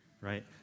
Right